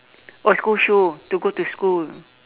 oh school shoe to go to school